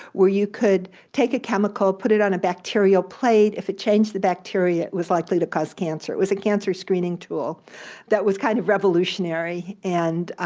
where you could take a chemical, put it on a bacterial plate, if it changed the bacteria it was likely to cause cancer. it was a cancer screening tool that was kind of revolutionary, and